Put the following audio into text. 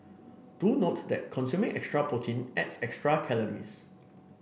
do note that consuming extra protein adds extra calories